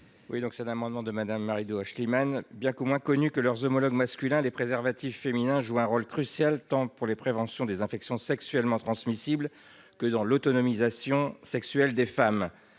été déposé sur l’initiative de Marie Do Aeschlimann. Bien que moins connus que leurs homologues masculins, les préservatifs féminins jouent un rôle crucial, tant dans la prévention des infections sexuellement transmissibles (IST) que dans l’autonomisation sexuelle des femmes.